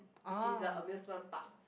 which is the amusement park